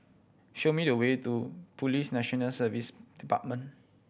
show me the way to Police National Service Department